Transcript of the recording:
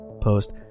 Post